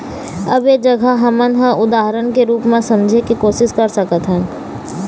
अब ऐ जघा हमन ह उदाहरन के रुप म समझे के कोशिस कर सकत हन